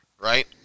right